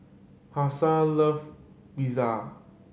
Hasel love Pizza